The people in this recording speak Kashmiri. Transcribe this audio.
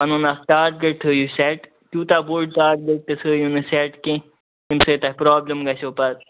پنُن اکھ ٹارگیٚٹ تھٲیو سیٚٹ تیوٗتاہ بوٚڈ ٹارگیٚٹ تہِ تھٲیِو نہٕ سیٚٹ کینٛہہ ییٚمہِ سۭتۍ تۄہہِ پرابلِم گژھیو پتہٕ